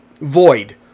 void